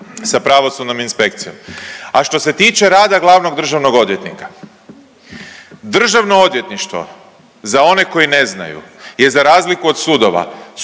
sa pravosudnom inspekcijom. A što se tiče rada glavnog državnog odvjetnika, državno odvjetništvo za one koji ne znaju je za razliku od sudova